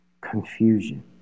confusion